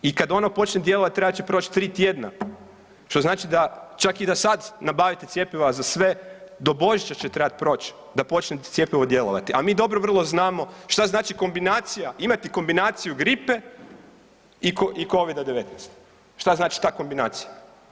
I kad ono počne djelovati trebat će proći 3 tjedna, što znači da, čak i da sad nabavite cjepiva za sve do Božića će trebati proći da počne cjepivo djelovati, a mi dobro vrlo znamo šta znači kombinacija imati kombinaciju gripe i Covida-19, šta znači ta kombinacija.